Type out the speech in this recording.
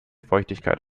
feuchtigkeit